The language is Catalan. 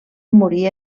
morir